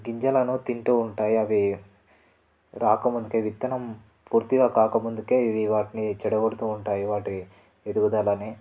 గింజలను తింటూ ఉంటాయి అవి రాకముందుకే విత్తనం పూర్తిగా కాకముందుకే వాటిని ఇవి చెడగొడుతూ ఉంటాయి వాటి ఎదుగుదలని